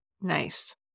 Nice